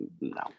no